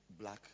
black